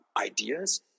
ideas